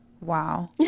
Wow